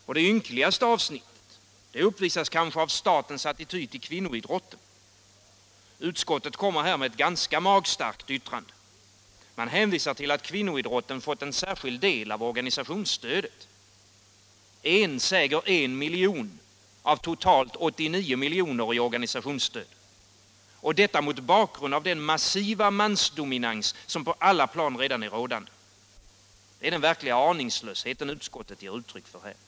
Och det ynkligaste avsnittet uppvisas kanske av statens attityd till kvinnoidrotten. Utskottet kommer här med ett ganska magstarkt yttrande. Man hänvisar till att kvinnoidrotten fått en särskild del av organisationsstödet. 1 — säger en — miljon av totalt 89 miljoner i organisationsstöd! Och detta mot bakgrund av den massiva mansdominans som på alla plan redan är rådande. Det är den verkliga aningslösheten utskottet ger uttryck för här.